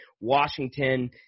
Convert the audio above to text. Washington